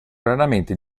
raramente